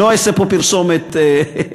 לא אעשה פה פרסומת למותגים.